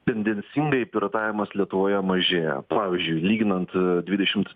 tendencingai piratavimas lietuvoje mažėja pavyzdžiui lyginant dvidešimt